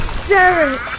Derek